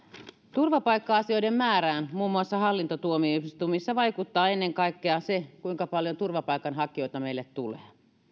turvapaikka asioiden määrään muun muassa hallintotuomioistuimissa vaikuttaa ennen kaikkea se kuinka paljon turvapaikanhakijoita meille tulee